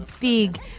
big